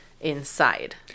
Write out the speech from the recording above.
inside